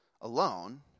alone